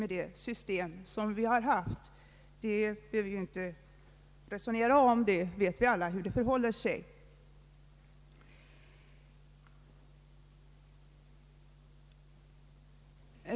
Det behöver vi inte resonera om, vi vet alla hur det förhåller sig.